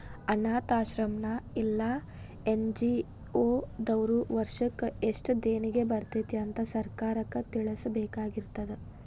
ಅನ್ನಾಥಾಶ್ರಮ್ಮಾ ಇಲ್ಲಾ ಎನ್.ಜಿ.ಒ ದವ್ರು ವರ್ಷಕ್ ಯೆಸ್ಟ್ ದೇಣಿಗಿ ಬರ್ತೇತಿ ಅಂತ್ ಸರ್ಕಾರಕ್ಕ್ ತಿಳ್ಸಬೇಕಾಗಿರ್ತದ